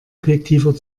objektiver